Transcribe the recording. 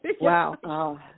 Wow